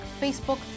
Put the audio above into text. Facebook